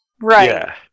right